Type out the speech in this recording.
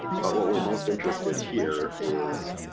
but what we're most interested here is